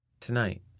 Tonight